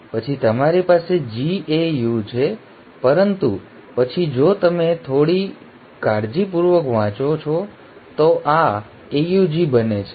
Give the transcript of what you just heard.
પછી તમારી પાસે GAU છે પરંતુ પછી જો તમે થોડી કાળજીપૂર્વક વાંચો છો તો આ AUG બને છે